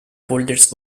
folders